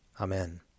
Amen